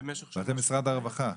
במשך --- אתם משרד הרווחה.